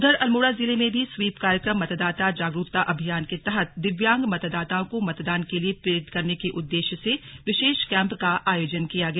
उधर अल्मोड़ा जिले में भी स्वीप कार्यक्रम मतदाता जागरूकता अभियान के तहत दिव्यांग मतदाताओं को मतदान के लिए प्रेरित करने के उद्देश्य से विशेष कैम्प का आयोजन किया गया